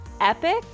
epic